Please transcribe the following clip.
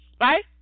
right